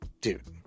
dude